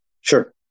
Sure